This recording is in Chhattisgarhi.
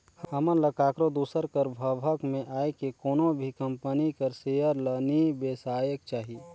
हमन ल काकरो दूसर कर भभक में आए के कोनो भी कंपनी कर सेयर ल नी बेसाएक चाही